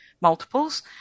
multiples